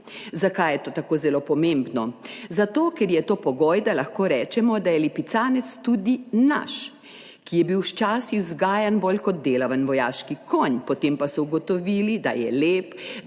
Zakaj je to tako zelo pomembno? Zato ker je to pogoj, da lahko rečemo, da je lipicanec tudi naš, ki je bil včasih vzgajan bolj kot delovni vojaški konj, potem pa so ugotovili, da je lep,